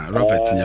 Robert